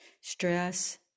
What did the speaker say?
Stress